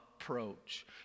approach